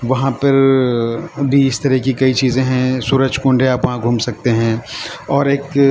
وہاں پر بھی اس طرح کی کئی چیزیں ہیں سورج کنڈ ہے آپ وہاں گھوم سکتے ہیں اور ایک